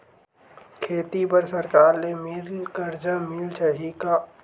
खेती बर सरकार ले मिल कर्जा मिल जाहि का?